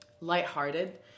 lighthearted